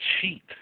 cheat